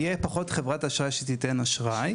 תהיה פחות חברת אשראי אחת שתיתן אשראי,